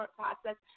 process